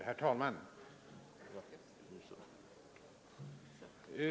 Herr talman!